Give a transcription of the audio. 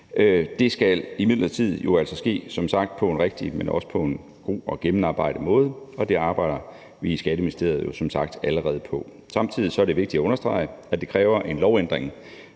en rigtig, men også på en god og gennemarbejdet måde, og det arbejder vi i Skatteministeriet jo som sagt allerede på. Samtidig er det vigtigt at understrege, at det kræver en lovændring,